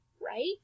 Right